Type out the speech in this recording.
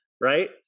right